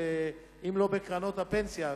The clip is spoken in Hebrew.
אם לא בקרנות הפנסיה,